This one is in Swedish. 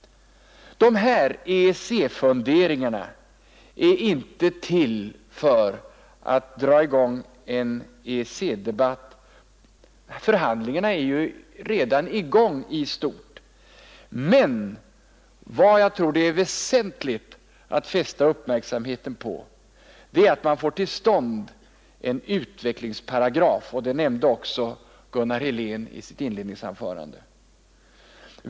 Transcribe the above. De här EEC-funderingarna är inte till för att dra upp en EEC-debatt. Förhandlingarna är ju i gång i stort. Men vad jag tror det är väsentligt att fästa uppmärksamheten på är att man får till stånd en utvecklingsparagraf, vilket också Gunnar Helén nämnde i sitt anförande.